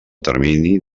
termini